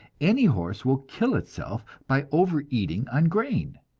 any horse will kill itself by overeating on grain.